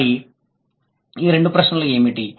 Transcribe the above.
మరి ఈ రెండు ప్రశ్నలు ఏమిటి